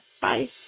Bye